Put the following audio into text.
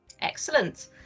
Excellent